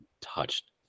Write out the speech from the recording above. touched